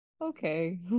okay